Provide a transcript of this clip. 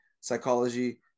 psychology